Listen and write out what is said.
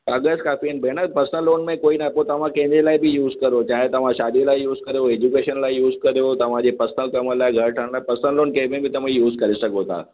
काग़ज़ कापिनि भेण पर्सनल लोन में कोई न पोइ तव्हां कंहिं जे लाइ बि यूज़ करो चाहे तव्हां शादीअ लाइ यूज़ कयो एज्युकेशन लाइ यूज़ कयो तव्हांजे पर्सनल कमु लाइ घरु ठहण लाइ पर्सनल लोन कंहिं में बि तव्हां यूज़ करे सघो था